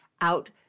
out